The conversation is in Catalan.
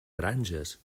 granges